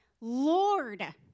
Lord